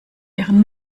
ihren